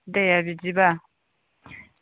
दे बिदिबा